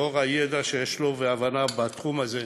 לאור הידע שיש לו והבנה בתחום הזה,